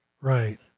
Right